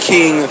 King